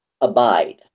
abide